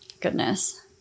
Goodness